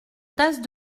tasses